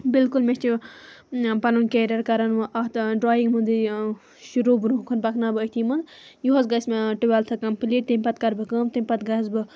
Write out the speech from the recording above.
بالکُل مےٚ چھِ پنُن کیٚرِیَر کرن وَ اَتھ ڈرایِنگ ہُندُے شروٗع بروٚنٛہہ کُن پکناو بہٕ أتھی منٛز یُہوٚس گژھِ مےٚ ٹُویلتھ کمپلیٖٹ تٔمۍ پتہٕ کر بہٕ کٲم تٔمۍ پتہٕ گس بہٕ